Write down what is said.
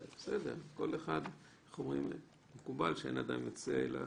תיקון אחד נוגע למערכות חברתיות.